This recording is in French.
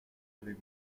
avec